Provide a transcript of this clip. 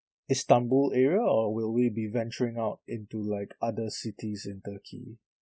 istanbul area or will we be venturing out into like other cities in turkey